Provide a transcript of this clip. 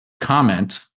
comment